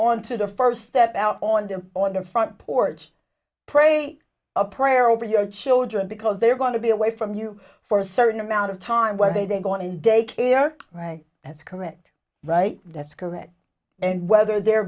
on to the first step out on them on the front porch pray a prayer over your children because they're going to be away from you for a certain amount of time where they are going in day care right that's correct right that's correct and whether they're